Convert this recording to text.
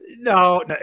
No